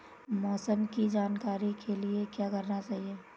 मौसम की जानकारी के लिए क्या करना चाहिए?